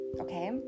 okay